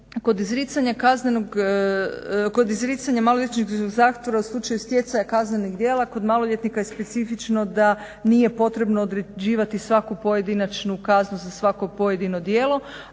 Kod izricanja maloljetničkog zatvora u slučaju stjecaja kaznenih djela kod maloljetnika je specifično da nije potrebno određivati svaku pojedinačnu kaznu za svako pojedino djelo,